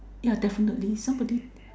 yeah definitely somebody